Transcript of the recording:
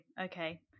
Okay